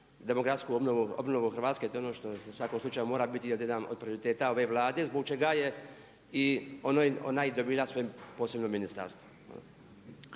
demografsku obnovu Hrvatske. To je ono što u svakom slučaju mora biti jedan od prioriteta ove Vlade zbog čega je ona i dobila svoje posebno ministarstvo.